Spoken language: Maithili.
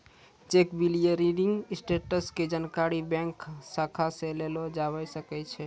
चेक क्लियरिंग स्टेटस के जानकारी बैंक शाखा से लेलो जाबै सकै छै